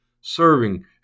serving